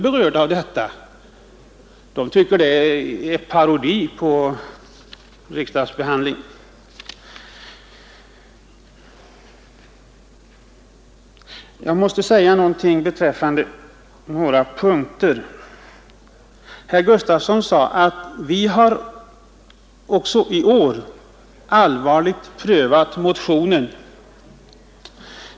Herr Gustafsson sade att utskottet också i år allvarligt prövat motionen.